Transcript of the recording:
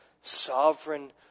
sovereign